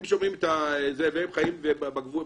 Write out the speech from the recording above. הם שומעים את זה והם חיים בגבולות